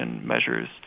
measures